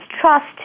trust